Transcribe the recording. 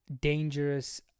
dangerous